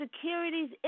securities